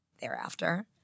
thereafter